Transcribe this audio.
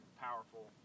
powerful